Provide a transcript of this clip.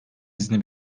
izni